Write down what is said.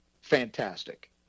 fantastic